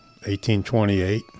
1828